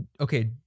Okay